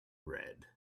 red